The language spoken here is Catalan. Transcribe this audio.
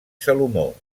salomó